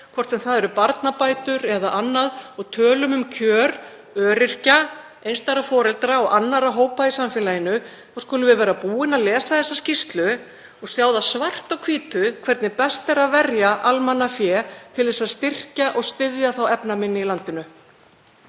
hvort sem það eru barnabætur eða annað, og tölum um kjör öryrkja, einstæðra foreldra og annarra hópa í samfélaginu, að vera búin lesa þessa skýrslu og sjá það svart á hvítu hvernig best er að verja almannafé til að styrkja og styðja þá efnaminni í landinu.